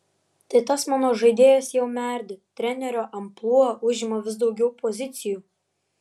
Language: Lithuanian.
tai tas mano žaidėjas jau merdi trenerio amplua užima vis daugiau pozicijų